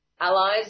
allies